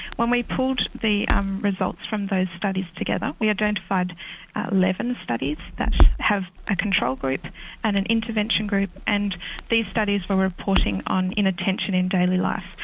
when we pulled the um results from those studies together we identified eleven studies that have a control group and an intervention group, and these studies were reporting on inattention in daily life.